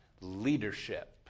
leadership